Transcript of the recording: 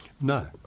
No